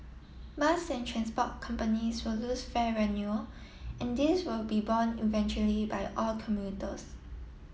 bus and transport companies will lose fare revenue and this will be borne eventually by all commuters